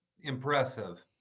impressive